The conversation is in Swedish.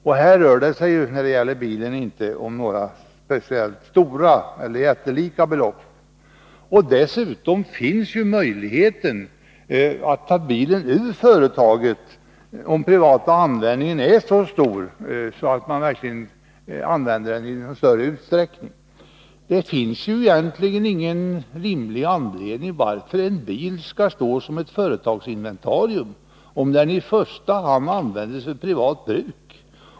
Det rör sig heller inte om några jättelika belopp, och möjligheten finns ju dessutom att ta ut bilen ur företaget om den privata användningen är så stor. Det finns ju egentligen ingen rimlig anledning till att en bil skall stå såsom ett företagsinventarium, om den i första hand används för privat bruk.